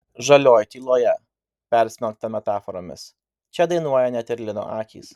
žalioj tyloje persmelkta metaforomis čia dainuoja net ir lino akys